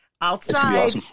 Outside